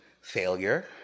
failure